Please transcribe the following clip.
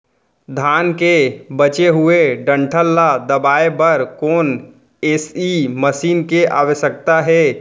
धान के बचे हुए डंठल ल दबाये बर कोन एसई मशीन के आवश्यकता हे?